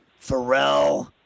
Pharrell